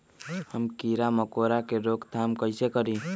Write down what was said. हम किरा मकोरा के रोक थाम कईसे करी?